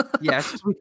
Yes